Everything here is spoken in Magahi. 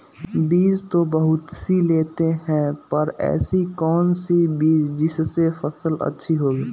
बीज तो बहुत सी लेते हैं पर ऐसी कौन सी बिज जिससे फसल अच्छी होगी?